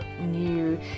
new